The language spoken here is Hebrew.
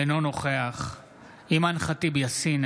אינו נוכח אימאן ח'טיב יאסין,